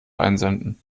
einsenden